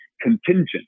contingent